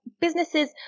businesses